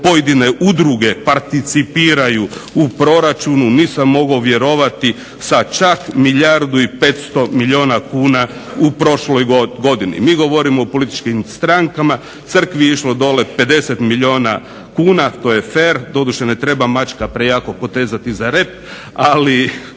pojedine udruge participiraju u proračunu. Nisam mogao vjerovati sa čak milijardu i 500 milijuna kuna u prošloj godini. Mi govorimo o političkim strankama. Crkvi je išlo dole 50 milijuna kuna. To je fer. Doduše ne treba mačka prejako potezati za rep, ali